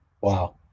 Wow